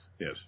Yes